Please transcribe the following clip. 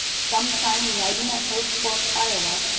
some time residing at oak forks, iowa,